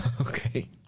Okay